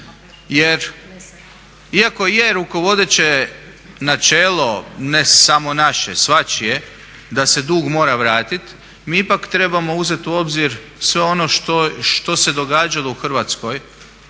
jer iako je rukovodeće načelo, ne samo naše, svačije, da se dug mora vratiti mi ipak trebamo uzeti u obzir sve ono što se događalo u Hrvatskoj.